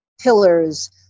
pillars